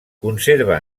conserva